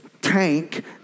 tank